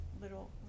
little